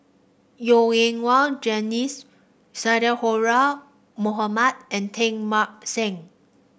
Yo En Wah Sadhora Mohamed and Teng Mah Seng